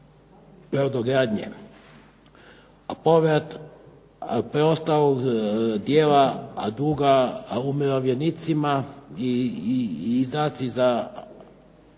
brodogradnje, povrat preostalog dijela duga umirovljenicima i …/Ne